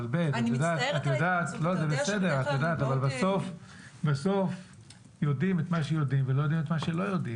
אבל את יודעת שבסוף יודעים את מה שיודעים ולא יודעים את מה שלא יודעים.